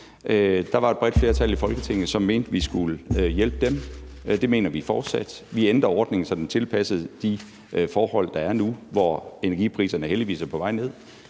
Der var et bredt flertal i Folketinget, som mente, at vi skulle hjælpe dem, og det mener vi fortsat. Vi ændrer ordningen, så den er tilpasset de forhold, der er nu, hvor energipriserne heldigvis er på vej ned.